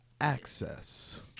access